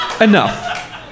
enough